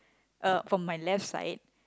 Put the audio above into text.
uh from my left side